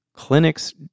Clinics